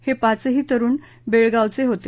हे पाचही तरुण बेळगावचे होते